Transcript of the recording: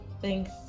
Thanks